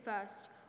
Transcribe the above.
first